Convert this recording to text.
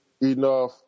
enough